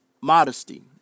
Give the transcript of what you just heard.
modesty